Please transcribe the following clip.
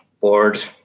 board